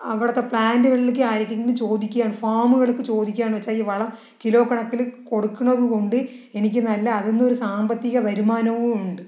അവിടത്തെ പ്ലാന്റുകളിലേക്ക് ആർക്കെങ്കിലും ചോദിക്കുകയാണ് ഫാമുകൾക്ക് ചോദിക്കുകയാണെന്ന് വെച്ചാൽ ഈ വളം കിലോ കണക്കില് കൊടുക്കുന്നതുകൊണ്ട് എനിക്ക് നല്ല അതിൽ നിന്ന് ഒരു സാമ്പത്തിക വരുമാനവും ഉണ്ട്